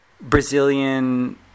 Brazilian